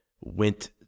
went